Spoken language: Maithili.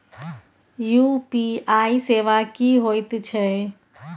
यु.पी.आई सेवा की होयत छै?